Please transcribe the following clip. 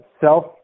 self